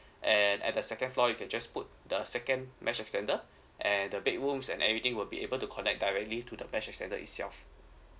and at the second floor you can just put the second mesh extender and the bedrooms and everything will be able to connect directly to the mesh extender itself